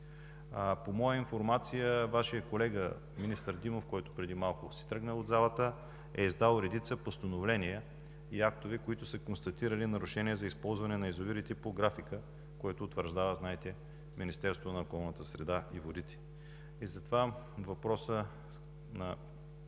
По моя информация Вашият колега министър Димов, който преди малко си тръгна от залата, е издал редица постановления и актове, в които са констатирани нарушения за използване на язовирите по графика, който утвърждава, знаете, Министерството на околната среда и водите.